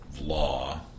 law